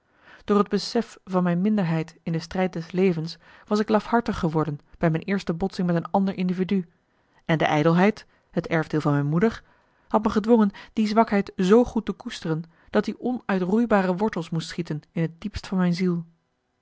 door het besef van mijn minderheid in de strijd des levens was ik lafhartig geworden bij mijn eerste botsing met een ander individu en de ijdelheid het erfdeel van mijn moeder had me gedwongen die zwakheid z goed te koesteren dat i onuitroeibare wortels moest schieten in het diepst van mijn ziel